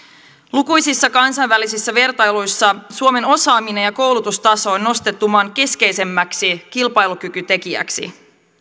lukuisissa kansainvälisissä vertailuissa suomen osaaminen ja koulutustaso on nostettu maan keskeisimmäksi kilpailukykytekijäksi